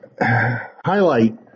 highlight